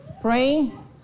praying